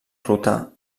ruta